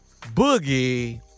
Boogie